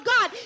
God